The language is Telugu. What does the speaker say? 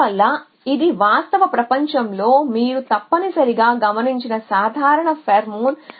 అందువల్ల ఇది వాస్తవ ప్రపంచంలో మీరు తప్పనిసరిగా గమనించిన సాధారణ ఫేర్మోన్